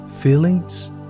feelings